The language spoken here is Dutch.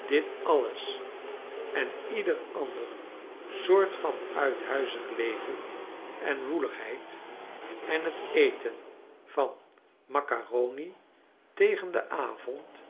dit alles en ieder ander soort vanuilhuizig leven en woeligheid en het eten van maccaroni tegen den avond